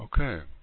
Okay